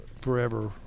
forever